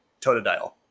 Totodile